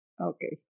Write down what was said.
Okay